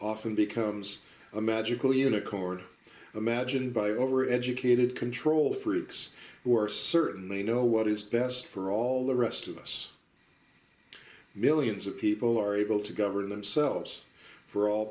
often becomes a magical unicorn imagined by over educated control freaks who are certain may know what is best for all the rest of us millions of people are able to govern themselves for all